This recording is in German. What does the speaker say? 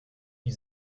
die